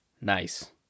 nice